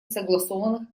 согласованных